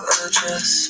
address